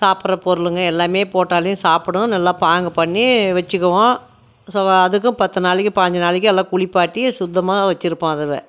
சாப்புடுற பொருளுங்க எல்லாமே போட்டாலும் சாப்பிடும் நல்லா பாங்கு பண்ணி வெச்சுக்குவோம் ஸோ அதுக்கும் பத்து நாளைக்கு பாஞ்சு நாளைக்கு எல்லாம் குளிப்பாட்டி சுத்தமாக வச்சிருப்போம் அதுவ